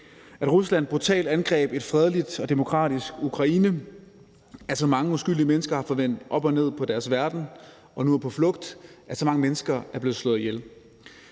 at Rusland brutalt angreb et fredeligt og demokratisk Ukraine, at så mange uskyldige mennesker har fået vendt op og ned på deres verden og nu er på flugt, og at så mange mennesker er blevet slået ihjel.